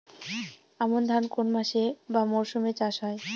আমন ধান কোন মাসে বা মরশুমে চাষ হয়?